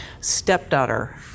stepdaughter